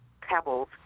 pebbles